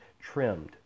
trimmed